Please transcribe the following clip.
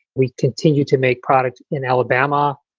we continue to make product in alabama.